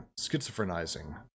schizophrenizing